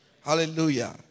Hallelujah